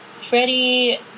Freddie